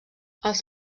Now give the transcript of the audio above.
els